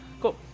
cool